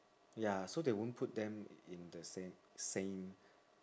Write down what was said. ya so they won't put them in the same same